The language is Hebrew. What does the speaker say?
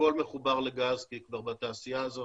הכול מחובר לגז כי היא כבר בתעשייה הזו